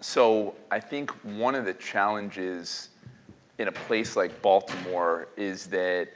so i think one of the challenges in a place like baltimore is that